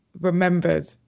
remembered